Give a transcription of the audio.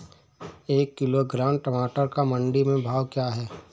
एक किलोग्राम टमाटर का मंडी में भाव क्या है?